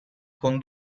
con